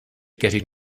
getting